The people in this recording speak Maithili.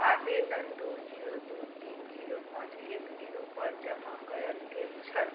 आवेदन दुइ जीरो दुइ तीन जीरो पाँच एक जीरोपर जमा कएल गेल छल